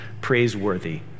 praiseworthy